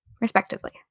respectively